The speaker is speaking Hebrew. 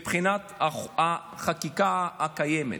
מבחינת החקיקה הקיימת?